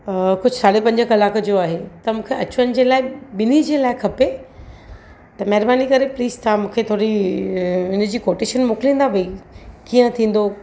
कुझु साढा पंज कलाक जो आहे त मूंखे अचु वञु जे लाइ ॿिन्ही जे लाइ खपे त महिरबानी करे प्लीस तव्हां मूंखे थोरी इनजी कॉटेशन मोकिलींदा भई कीअं थींदो